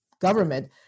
government